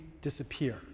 disappear